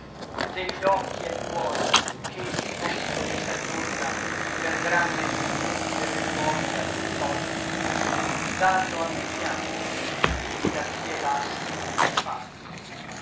degli occhi è l duol che tosto che s'aggiorna per gran desio de be luoghi a lor tolti dànno a me pianto et a pie lassi affanno